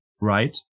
right